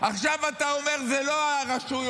עכשיו אתה אומר שזה לא הרשויות,